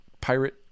pirate